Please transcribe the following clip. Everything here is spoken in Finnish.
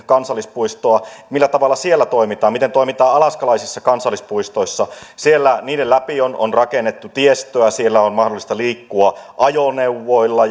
kansallispuistoa millä tavalla siellä toimitaan miten toimitaan alaskalaisissa kansallispuistoissa siellä niiden läpi on rakennettu tiestöä siellä on mahdollista liikkua ajoneuvoilla